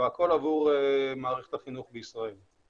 הכול עבור מערכת החינוך בישראל.